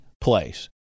place